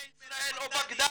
בני ישראל או בגדדים,